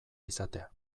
izatea